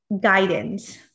guidance